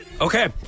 Okay